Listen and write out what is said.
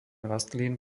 rastlín